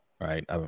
right